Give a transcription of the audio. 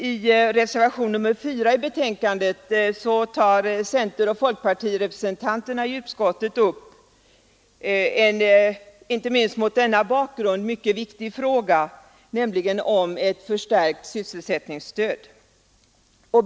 I reservationen 4 till betänkandet tar centeroch folkpartirepresentanterna i utskottet upp en inte minst mot denna bakgrund mycket viktig fråga, nämligen ett förstärkt sysselsättningsstöd.